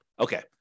Okay